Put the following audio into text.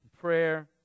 prayer